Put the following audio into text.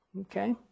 Okay